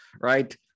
right